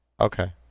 Okay